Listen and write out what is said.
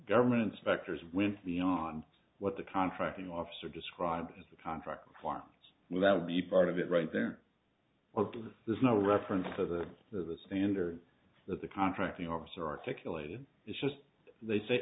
government inspectors went beyond what the contracting officer described as a contract kwan's without be part of it right there or there's no reference to the to the standard that the contracting officer articulated is just they say